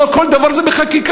לא לכל דבר חקיקה.